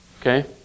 okay